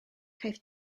caiff